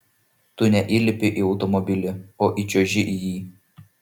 tu neįlipi į automobilį o įčiuoži į jį